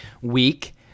week